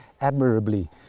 admirably